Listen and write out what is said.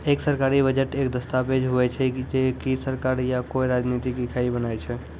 एक सरकारी बजट एक दस्ताबेज हुवै छै जे की सरकार या कोय राजनितिक इकाई बनाय छै